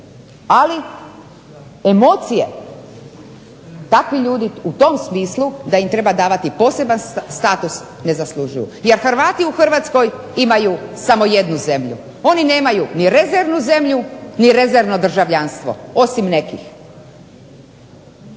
ali emocije, takvi ljudi u tom smislu da im treba davati poseban status ne zaslužuju. Jer Hrvati u Hrvatskoj imaju samo jednu zemlju. Oni nemaju ni rezervnu zemlju ni rezervno državljanstvo osim nekih.